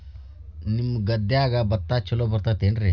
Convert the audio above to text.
ನಿಮ್ಮ ಗದ್ಯಾಗ ಭತ್ತ ಛಲೋ ಬರ್ತೇತೇನ್ರಿ?